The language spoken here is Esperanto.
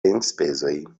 enspezoj